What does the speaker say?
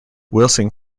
wilson